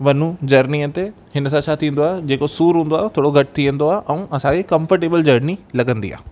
वञू जर्नीअ ते हिन सां छा थींदो आहे जेको सूरु हूंदो आहे थोरो घटि थी वेंदो आहे ऐं असांखे कंफरटेबल जर्नी लॻंदी आहे